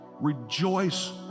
Rejoice